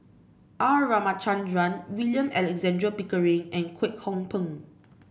R Ramachandran William Alexander Pickering and Kwek Hong Png